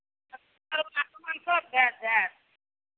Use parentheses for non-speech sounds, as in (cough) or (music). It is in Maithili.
(unintelligible) सामानसभ भेट जायत